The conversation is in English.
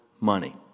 money